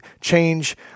change